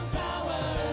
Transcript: power